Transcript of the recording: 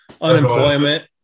unemployment